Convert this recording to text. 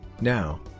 Now